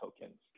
tokens